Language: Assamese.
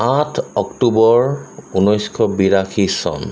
আঠ অক্টোবৰ ঊনৈছশ বিৰাশী চন